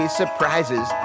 surprises